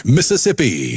Mississippi